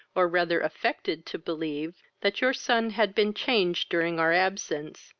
or rather affected to believe, that your son had been changed during our absence,